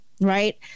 right